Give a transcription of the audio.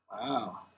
Wow